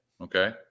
Okay